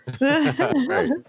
Right